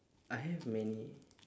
I have many